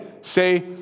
Say